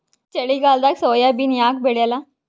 ಚಳಿಗಾಲದಾಗ ಸೋಯಾಬಿನ ಯಾಕ ಬೆಳ್ಯಾಲ?